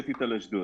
אשדוד.